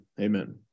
Amen